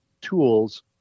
tools